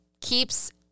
keeps